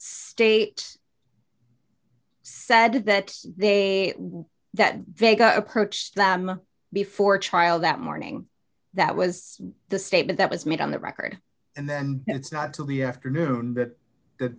state said that they that vague approached them before trial that morning that was the statement that was made on the record and then it's not till the afternoon th